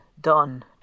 done